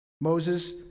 Moses